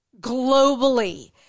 globally